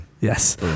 Yes